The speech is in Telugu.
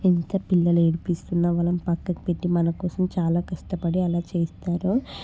ఎంత పిల్లలు ఏడిపిస్తున్న వాళ్ళను పక్కకు పెట్టి మనకోసం చాలా కష్టపడి అలా చేయిస్తారు